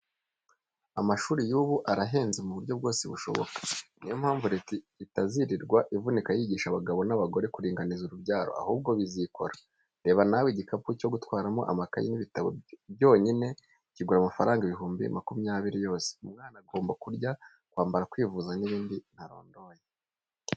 Amashuri y'ubu arahenze mu buryo bwose bushoboka, ni yo mpamvu Leta itazirirwa ivunika yigisha abagabo n'abagore kuringaniza urubyaro, ahubwo bizikora. Reba nawe, igikapu cyo gutwaramo amakayi n'ibitabo cyonyine kigura amafaranga ibihumbi makumyabiri yose, umwana agomba kurya, kwambara, kwivuza n'ibindi ntarondoye.